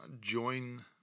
join